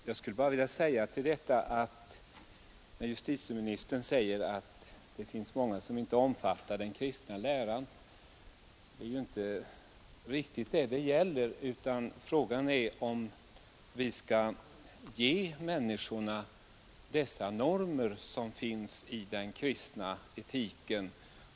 frågan är om vi skall ge människorna de normer som finns i den kristna etiken.